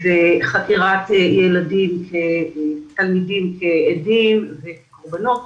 וחקירת תלמידים כעדים וקרבנות,